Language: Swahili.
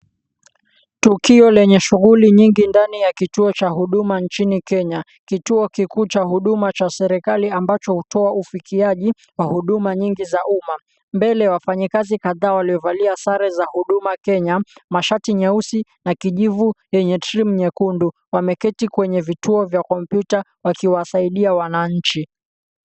Tukio lenye shughuli nyingi ndani ya kituo cha huduma nchini Kenya. Kituo kikuu cha huduma cha serikali, ambacho hutoa ufikiaji wa huduma nyingi za umma. Mbele wafanyakazi kadhaa waliovalia sare za Huduma Kenya, mashati nyeusi, na kijivu yenye trimu nyekundu. Wameketi kwenye vituo vya kompyuta wakiwasaidia wananchi.